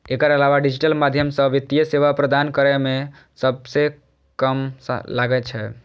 एकर अलावा डिजिटल माध्यम सं वित्तीय सेवा प्रदान करै मे समय कम लागै छै